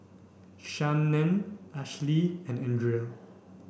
Shannen Ashli and Andrea